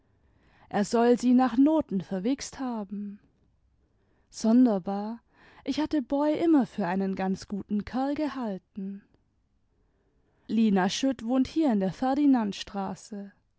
er soll sie nach noten verwichst haben sonderbar ich hatte boy immer für einen ganz guten kerl gehalten lina schutt wohnt hier in der